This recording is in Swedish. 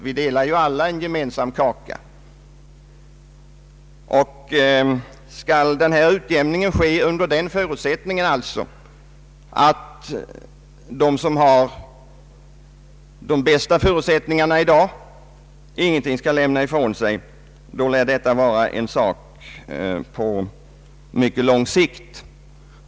Vi delar ju alla en gemensam kaka, och skall utjämning ske under den förutsättningen att de som i dag har det bäst ingenting skall lämna ifrån sig, då lär utjämningen vara en sak på mycket lång sikt.